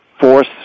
force